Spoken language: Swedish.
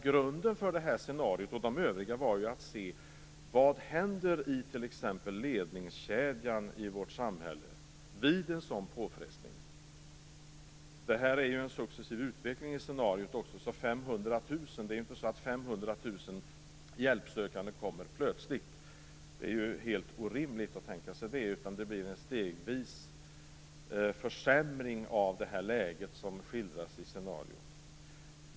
Grunden för scenariot är att se vad som t.ex. händer i ledningskedjan i vårt samhälle vid en sådan påfrestning. Scenariot utgör en successiv utveckling. Det är inte fråga om att 500 000 hjälpsökande kommer plötsligt. Det är helt orimligt att tänka sig det. Det blir fråga om en stegvis försämring av läget som skildras i scenariot.